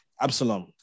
Absalom